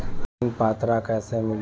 ऋण पात्रता कइसे मिली?